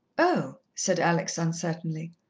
oh, said alex uncertainly.